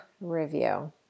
review